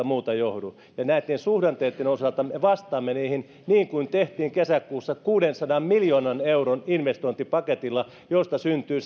muuta johdu ja näitten suhdanteitten osalta me vastaamme niihin niin kuin tehtiin kesäkuussa kuudensadan miljoonan euron investointipaketilla joista syntyy